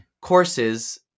courses